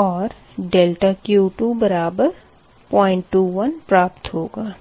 और ∆Q2 बराबर 021 प्राप्त होगा